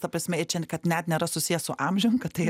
ta prasme ir čia kad net nėra susiję su amžium kad tai